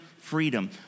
freedom